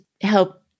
help